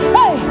Hey